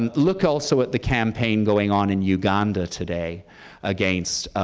and look also at the campaign going on in uganda today against